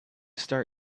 start